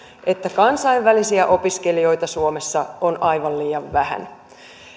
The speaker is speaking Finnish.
että kansainvälisiä opiskelijoita suomessa on aivan liian vähän